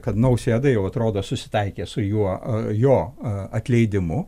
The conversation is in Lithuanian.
kad nausėda jau atrodo susitaikė su juo jo atleidimu